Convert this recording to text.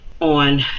on